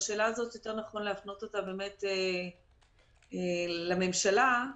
יותר נכון להפנות את השאלה הזאת לממשלה,